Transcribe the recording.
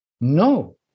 no